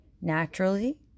Naturally